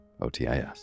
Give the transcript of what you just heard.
otis